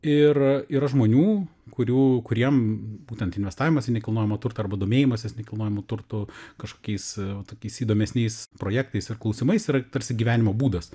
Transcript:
ir yra žmonių kurių kuriem būtent investavimas į nekilnojamą turtą arba domėjimasis nekilnojamu turtu kažkokiais tokiais įdomesniais projektais ir klausimais yra tarsi gyvenimo būdas